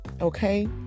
okay